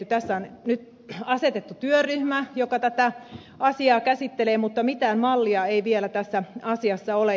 tässä on nyt asetettu työryhmä joka tätä asiaa käsittelee mutta mitään mallia ei vielä tässä asiassa ole